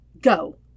Go